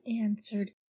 answered